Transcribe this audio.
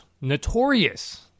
notorious